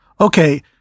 okay